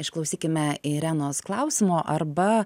išklausykime irenos klausimo arba